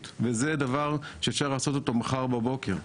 וזה דבר שאפשר לעשות אותו מחר בבוקר.